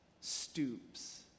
stoops